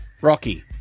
Rocky